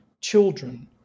Children